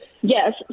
Yes